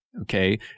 okay